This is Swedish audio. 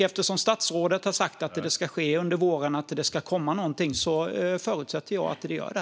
Eftersom statsrådet har sagt att det ska ske under våren och att det ska komma någonting förutsätter jag att det gör det.